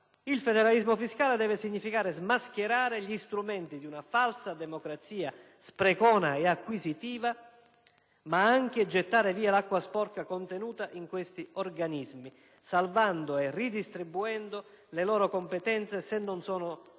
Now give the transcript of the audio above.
Il federalismo fiscale deve significare smascherare gli strumenti di una falsa democrazia sprecona e acquisitiva, ma anche gettare via l'acqua sporca contenuta in questi organismi, salvando e ridistribuendo le loro competenze, se non sono solo